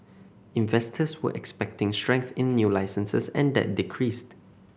investors were expecting strength in new licences and that decreased